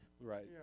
right